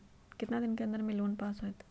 कितना दिन के अन्दर में लोन पास होत?